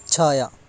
छाया